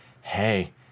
Hey